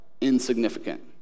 insignificant